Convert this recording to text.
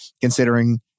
considering